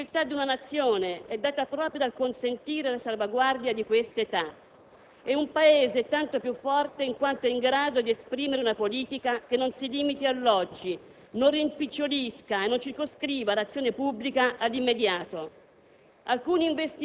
La stessa civiltà di una nazione è data proprio dal consentire la salvaguardia di questa età e un Paese è tanto più forte in quanto è in grado di esprimere una politica che non si limiti all'oggi, non rimpicciolisca e non circoscriva l'azione pubblica all'immediato.